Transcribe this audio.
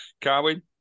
Carwin